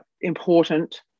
important